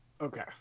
Okay